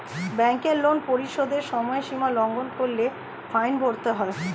ব্যাংকের লোন পরিশোধের সময়সীমা লঙ্ঘন করলে ফাইন ভরতে হয়